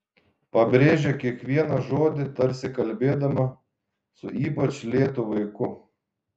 pabrėžė kiekvieną žodį tarsi kalbėdama su ypač lėtu vaiku